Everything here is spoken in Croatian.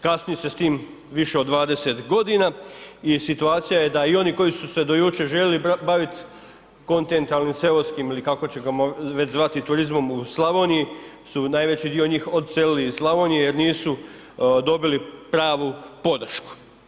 Kasni se s tim više od dvadeset godina, i situacija je da i oni koji su se do jučer željeli bavit kontinentalnim, seoskim ili kako ćemo ga već zvati, turizmom u Slavoniji, su najveći dio njih odselili iz Slavonije jer nisu dobili pravu podršku.